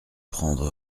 prendre